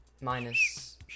minus